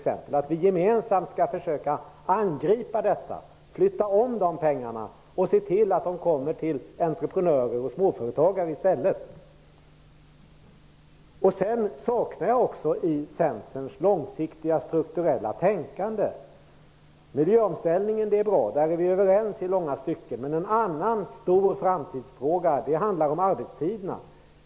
Det vore bra om vi gemensamt kunde försöka angripa detta och flytta om de pengarna och se till att de kommer till entreprenörer och småföretagare i stället. Sedan saknar jag också vissa saker i Centerns långsiktiga strukturella tänkande. Miljöomställningen är bra. Där är vi överens i långa stycken. Men en annan stor framtidsfråga handlar om arbetstiderna.